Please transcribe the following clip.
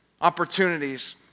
opportunities